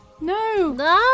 No